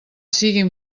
siguin